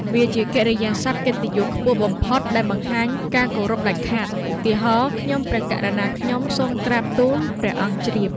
វាជាកិរិយាសព្ទកិត្តិយសខ្ពស់បំផុតដែលបង្ហាញការគោរពដាច់ខាត ឧទាហរណ៍ ខ្ញុំព្រះករុណាខ្ញុំ សូមក្រាបទូល ព្រះអង្គជ្រាប។